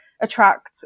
attract